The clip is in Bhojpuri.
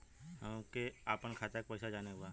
हमके आपन खाता के पैसा जाने के बा